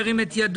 ירים את ידו.